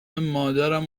مادرم